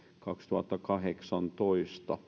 kaksituhattakahdeksantoista